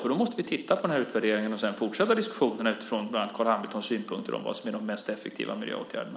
Först måste vi titta på utvärderingen och sedan fortsätta diskussionerna utifrån Carl Hamiltons synpunkter på vad som är de mest effektiva miljöåtgärderna.